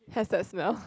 has that smell